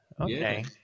Okay